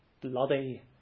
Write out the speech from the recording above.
bloody